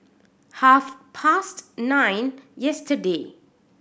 half past nine yesterday